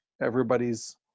everybody's